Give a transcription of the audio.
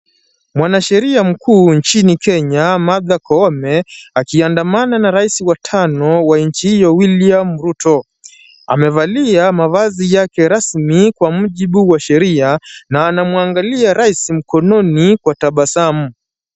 Mwanasheria mkuu nchini Kenya Martha Koome, akiandamana na rais wa tano wa nchi hiyo William Ruto. Amevalia mavazi yake rasmi kwa mujibu wa sheria na anamwangalia rais mkononi kwa tabasamu.